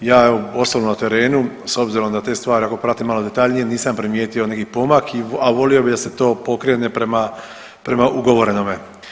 Ja osobno na terenu s obzirom da te stvari pratim malo detaljnije nisam primijetio neki pomak, a volio bi da se to pokrene prema ugovorenome.